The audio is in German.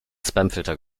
spamfilter